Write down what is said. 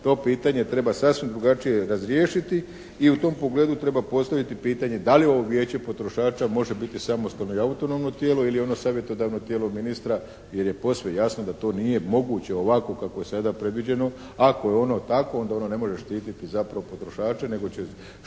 to pitanje treba sasvim drugačije razriješiti i u tom pogledu treba postaviti pitanje da li ovo Vijeće potrošača može biti samostalno i autonomno tijelo ili je ono savjetodavno tijelo ministra jer je posve jasno da to nije moguće ovako kako je sada predviđeno. Ako je ono tako, onda ono ne može štititi zapravo potrošače nego će štititi